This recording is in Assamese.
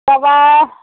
তাৰপৰা